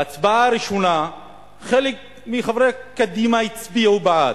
בהצבעה הראשונה חלק מחברי קדימה הצביעו בעד.